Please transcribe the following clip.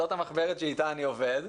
זאת המחברת שאיתה אני עובד,